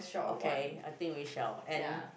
okay I think we shall end